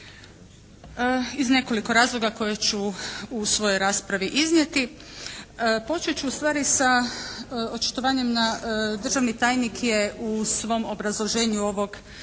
iz nekoliko razloga koje ću u svojoj raspravi iznijeti. Počet ću ustvari sa očitovanjem na, državni tajnik je u svom obrazloženju ovog